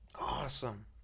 awesome